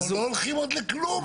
אנחנו לא הולכים עוד לכלום.